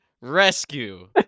Rescue